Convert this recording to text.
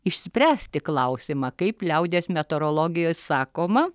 išspręsti klausimą kaip liaudies meteorologijoje sakoma